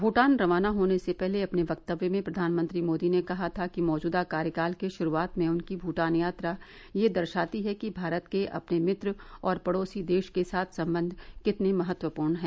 भूटान रवाना होने से पहले अपने वक्तव्य में प्रधानमंत्री मोदी ने कहा था कि मौजूदा कार्यकाल के शुरूआत में उनकी भूटान यात्रा यह दर्शाती है कि भारत के अपने मित्र और पड़ोसी देश के साथ संबंध कितने महत्वपूर्ण हैं